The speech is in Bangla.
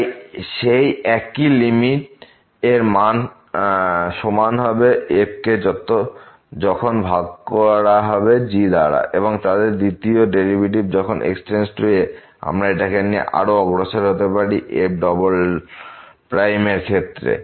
তাই সেই একই লিমিট এর মান সমান হবে লিমিট f কে যখন ভাগ করা হবে g দাঁড়া এবং তাদের দ্বিতীয় ডেরিভেটিভ যখন x→a বা আমরা এটাকে নিয়ে আরো অগ্রসর হতে পারি fএর ক্ষেত্রে